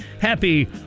Happy